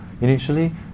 Initially